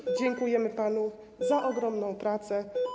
Dziś dziękujemy panu za ogromną pracę.